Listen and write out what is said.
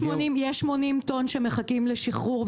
יש 80 טון שמחכים לשחרור,